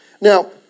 Now